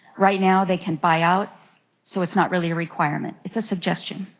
right now they can buy out so it's not really a requirement. it's a suggestion.